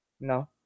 No